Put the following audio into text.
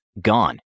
gone